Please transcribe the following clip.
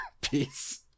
Peace